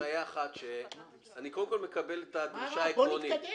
אני קודם כל מקבל את הדרישה המקורית.